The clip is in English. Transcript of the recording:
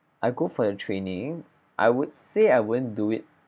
I go for the training I would say I wouldn't do it